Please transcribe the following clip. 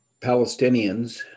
Palestinians